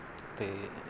ਅਤੇ